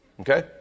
okay